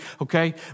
okay